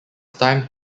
time